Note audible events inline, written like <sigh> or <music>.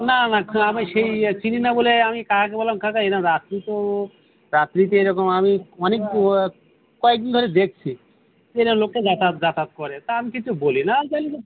না না গ্রামে সেই চিনি না বলে আমি কাকাকে বললাম কাকা এরকম রাত্রে তো রাত্রিতে এরকম আমি অনেক <unintelligible> কয়েক দিন ধরে দেখছি যে এরকম লোকটা যাতায়াত যাতায়াত করে তা আমি কিছু বলি না জানি যে